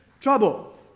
trouble